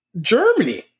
germany